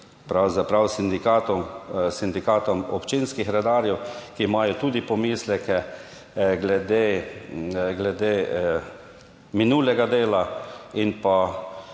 pravzaprav sindikatom občinskih redarjev, ki imajo tudi pomisleke glede minulega dela in pa